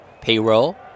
payroll